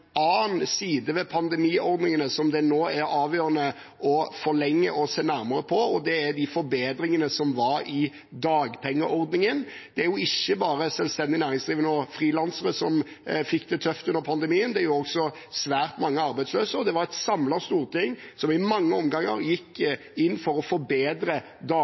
annen side ved pandemiordningene som det nå er avgjørende å forlenge og se nærmere på. Det de forbedringene som var i dagpengeordningen. Det var ikke bare selvstendig næringsdrivende og frilansere som fikk det tøft under pandemien; det gjorde også svært mange arbeidsløse, og det var et samlet storting som i mange omganger gikk inn for å forbedre